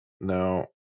No